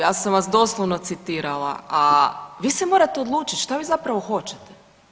Ja sam vas doslovno citirala, a vi se morate odlučit šta vi zapravo hoćete.